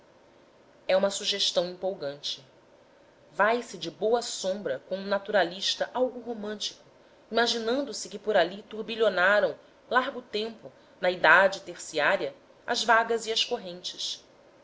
é uma sugestão empolgante vai-se de boa sombra com um naturalista algo romântico imaginando se que por ali turbilhonaram largo tempo na idade terciária as vagas e as correntes